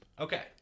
Okay